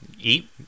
eat